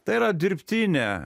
tai yra dirbtinė